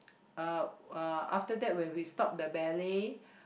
uh uh after that when we stop the ballet